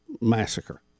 massacre